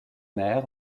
mer